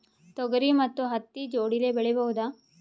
ತೊಗರಿ ಮತ್ತು ಹತ್ತಿ ಜೋಡಿಲೇ ಬೆಳೆಯಬಹುದಾ?